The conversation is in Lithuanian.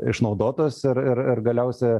išnaudotos ir ir ir galiausia